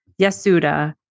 Yasuda